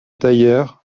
tailleur